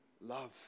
love